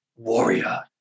Warrior